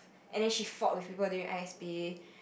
and then she fought with people during i_s_p